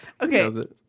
Okay